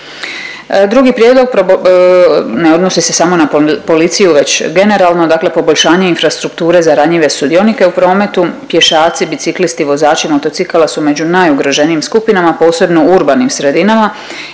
Drugi prijedlog ne odnosi se samo na policiju već generalno, dakle poboljšanje infrastrukture za ranjive sudionike u prometu, pješaci, biciklisti, vozači motocikala su među najugroženijim skupinama, posebno urbanim sredinama